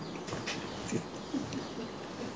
you see you see here all these area